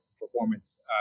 performance